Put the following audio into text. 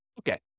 Okay